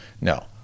No